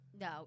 no